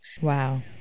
wow